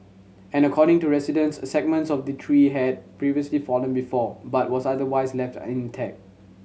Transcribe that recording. and according to residents segments of the tree had previously fallen before but was otherwise left intact